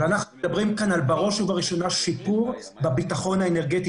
בראש ובראשונה אנחנו מדברים כאן על שיפור בביטחון האנרגטי.